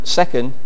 second